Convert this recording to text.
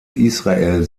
israel